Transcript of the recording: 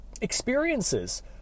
experiences